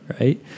right